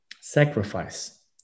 sacrifice